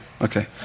Okay